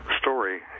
story